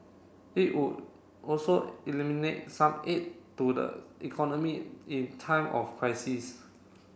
it would also eliminate some aid to the economy in time of crisis